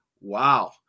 wow